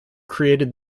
created